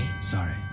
Sorry